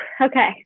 okay